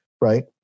right